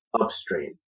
upstream